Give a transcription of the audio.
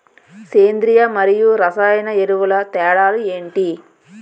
సేంద్రీయ మరియు రసాయన ఎరువుల తేడా లు ఏంటి?